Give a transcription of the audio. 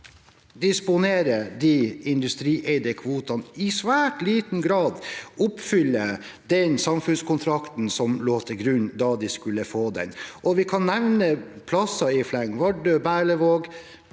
disponerer de industrieide kvotene, i svært liten grad oppfyller den samfunnskontrakten som lå til grunn da de fikk dem. Vi kan nevne steder i fleng: Vardø, Berlevåg,